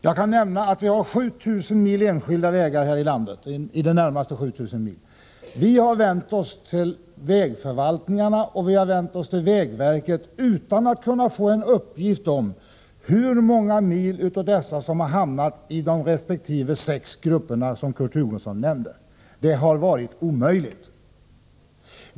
Jag kan nämna att vi har i det närmaste 7 000 mil enskilda vägar här i landet. Vi har vänt oss till vägförvaltningarna och till vägverket för att ta reda på hur många mil av dessa som har hamnat i de resp. sex grupper som Kurt Hugosson nämnde. Det har varit omöjligt att få någon uppgift om det.